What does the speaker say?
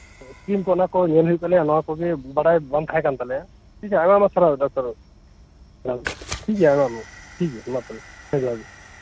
scheme ᱠᱩ ᱚᱱᱟᱠᱩ ᱧᱮᱞ ᱦᱩᱭᱩᱜ ᱟ ᱱᱚᱣᱟᱠᱩᱜᱤ ᱵᱟᱲᱟᱭ ᱵᱟᱝᱛᱟᱦᱮᱸ ᱠᱟᱱᱛᱟᱞᱮᱭᱟ ᱟᱭᱢᱟ ᱟᱭᱢᱟ ᱥᱟᱨᱦᱟᱣ ᱰᱟᱠᱛᱟᱨ ᱵᱟᱹᱵᱩ ᱴᱷᱤᱠᱜᱮᱭᱟ ᱢᱟᱛᱟᱦᱚᱞᱮ ᱡᱚᱦᱟᱨᱜᱤ